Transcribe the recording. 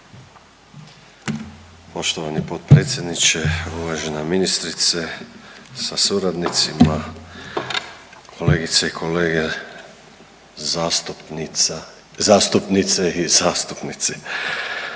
Poštovani predsjedavajući, poštovana ministrice sa suradnicima, kolegice i kolege zastupnici. Dakle,